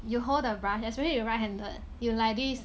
you hold the brush especially you right handed you like this